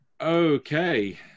Okay